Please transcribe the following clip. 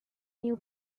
new